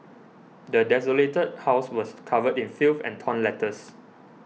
the desolated house was covered in filth and torn letters